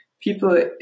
people